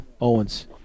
Owens